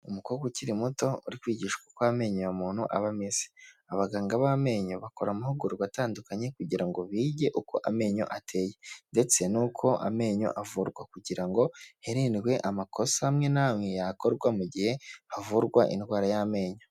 Umukobwa ukiri muto uri kwigishwa kw'amenyo y'umuntu aba ameze, abaganga b'amenyo bakora amahugurwa atandukanye kugira ngo bige uko amenyo ateye ndetse nuko amenyo avurwa kugira ngo hirindwe amakosa amwe n'amwe yakorwa mu gihe havurwa indwara y'amenyo.